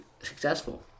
successful